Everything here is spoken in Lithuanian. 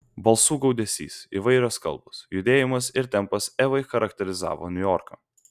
balsų gaudesys įvairios kalbos judėjimas ir tempas evai charakterizavo niujorką